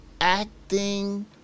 acting